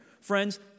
Friends